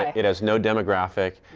it had no demographic,